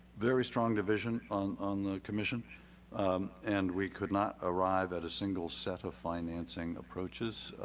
very stropping division on on the commission and we could not arrive at a single set of financing approaches,